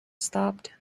stopped